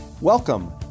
Welcome